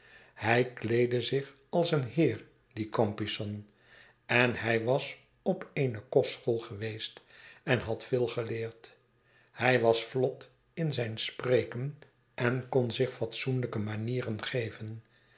hij kleedde zich als een heer die compeyson en hy was op eene kostschool geweest en had veel geleerd hij was vlot in zijn spreken en kon zich fatsoenlijke manieren geven